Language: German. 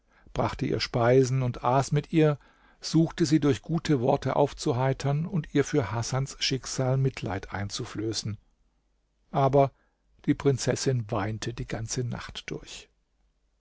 brachte ihr speisen und aß mit ihr suchte sie durch gute worte aufzuheitern und ihr für hasans schicksal mitleid einzuflößen aber die prinzessin weinte die ganze nacht durch